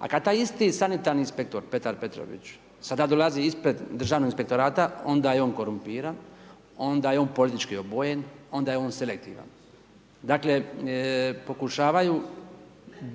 A kad taj isti sanitarni inspektor Petar Petrović sada dolazi ispred Državnog inspektora onda je on korumpiran, onda je on politički obojen, onda je on selektivan. Dakle, pokušavaju